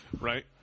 Right